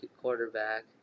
quarterback